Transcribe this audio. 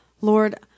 Lord